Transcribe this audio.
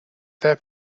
their